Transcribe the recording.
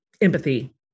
empathy